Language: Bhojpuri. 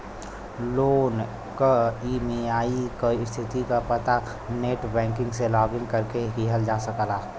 लोन क ई.एम.आई क स्थिति क पता नेटबैंकिंग से लॉगिन करके किहल जा सकला